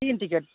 तीन टिकेट